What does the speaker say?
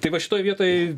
tai va šitoj vietoj